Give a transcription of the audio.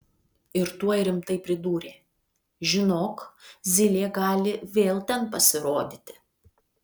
ir tuoj rimtai pridūrė žinok zylė gali vėl ten pasirodyti